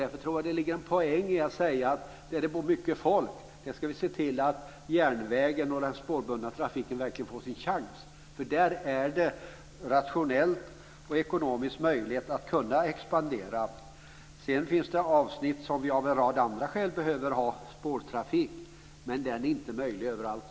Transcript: Därför tror jag att det finns en poäng i att säga att vi ska se till att järnvägen och den spårbundna trafiken verkligen får sin chans i områden där det bor mycket folk, för där är det både rationellt och ekonomiskt möjligt att expandera. Sedan finns det avsnitt där vi av en rad andra skäl behöver ha spårtrafik men den är inte möjlig överallt.